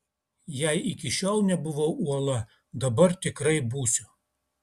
jei iki šiol nebuvau uola dabar tikrai būsiu